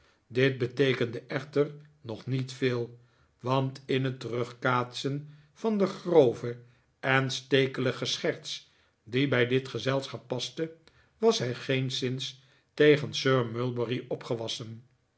dit beteekende echter nog niet veel want in het terugkaatsen van de grove en stekelige scherts die bij dit gezelschap paste was hij geenszins tegen sir mulberry opgewassen